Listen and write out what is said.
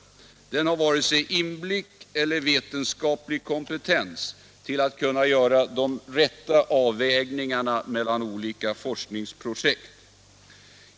Den har varken inblick i eller vetenskaplig kompetens för att kunna göra de rätta avvägningarna mellan olika forskningsprojekt.